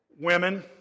Women